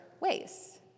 ways